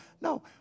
No